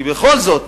כי בכל זאת,